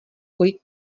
kolik